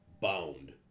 bound